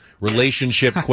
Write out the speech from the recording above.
Relationship